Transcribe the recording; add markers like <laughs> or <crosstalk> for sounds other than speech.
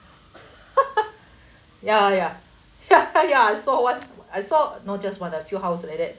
<laughs> ya ya ya ya I saw one I saw not just one ah a few house like that